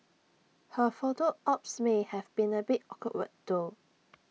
her photo ops may have been A bit awkward though